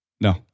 No